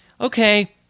okay